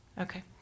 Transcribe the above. Okay